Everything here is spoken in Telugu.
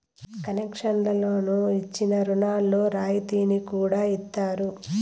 కన్సెషనల్ లోన్లు ఇచ్చిన రుణాల్లో రాయితీని కూడా ఇత్తారు